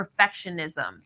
perfectionism